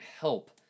help